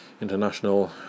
International